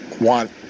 want